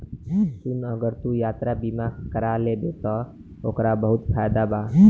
सुन अगर तू यात्रा बीमा कारा लेबे त ओकर बहुत फायदा बा